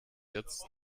jetzt